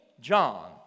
John